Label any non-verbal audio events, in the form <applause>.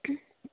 <unintelligible>